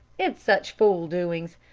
it's such fool doings,